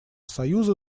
союза